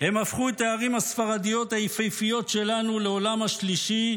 --- הם הפכו את הערים הספרדיות היפהפיות שלנו לעולם השלישי,